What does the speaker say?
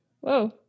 whoa